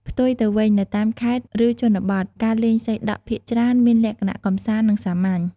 ផ្ទុយទៅវិញ នៅតាមខេត្ត ឬជនបទ ការលេងសីដក់ភាគច្រើនមាន លក្ខណៈកម្សាន្ត និងសាមញ្ញ។